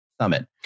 Summit